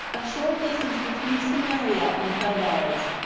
a short distance between samaria and thebez.